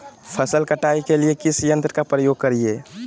फसल कटाई के लिए किस यंत्र का प्रयोग करिये?